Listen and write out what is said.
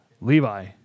Levi